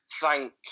thank